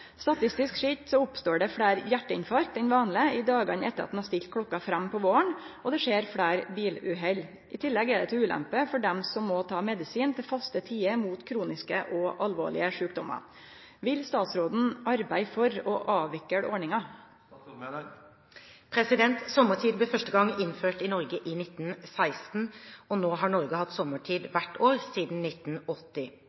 oppstår det fleire hjarteinfarkt enn vanleg i dagane etter at ein har stilt klokka fram på våren, og det skjer fleire biluhell. I tillegg er det til ulempe for dei som må ta medisin til faste tider mot kroniske og alvorlege sjukdomar. Vil statsråden arbeide for å avvikle ordninga?» Sommertiden ble første gang innført i Norge i 1916. Nå har Norge hatt